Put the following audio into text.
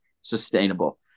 sustainable